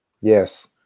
Yes